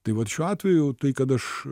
tai vat šiuo atveju tai kad aš